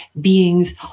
beings